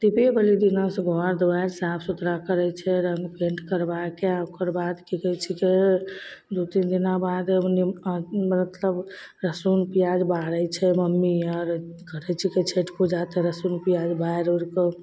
दीपेवली दिनासे घर दुआरि साफ सुथरा करै छै रङ्ग पेन्ट करबैके आओर ओकरबाद कि कहै छिकै दुइ तीन दिना बाद निम मतलब सब लहसुन पिआज बारै छै मम्मी आर रखै छै कि छठि पूजाके लहसुन पिआज बारि उरिके